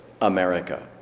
America